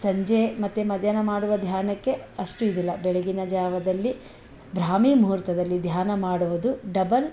ಸಂಜೆ ಮತ್ತೆ ಮಧ್ಯಾಹ್ನ ಮಾಡುವ ಧ್ಯಾನಕ್ಕೆ ಅಷ್ಟು ಇದಿಲ್ಲ ಬೆಳಗಿನ ಜಾವದಲ್ಲಿ ಬ್ರಾಹ್ಮಿ ಮೂಹೂರ್ತದಲ್ಲಿ ಧ್ಯಾನ ಮಾಡುವುದು ಡಬಲ್